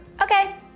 Okay